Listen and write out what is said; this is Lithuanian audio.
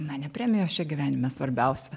na ne premijos čia gyvenime svarbiausia